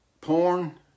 porn